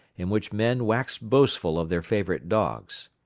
in which men waxed boastful of their favorite dogs.